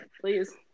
please